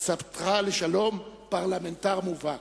צאתך לשלום, פרלמנטר מובהק.